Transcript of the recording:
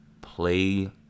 play